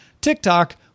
TikTok